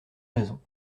raisons